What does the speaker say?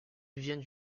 vient